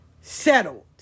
settled